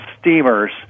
steamers